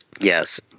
Yes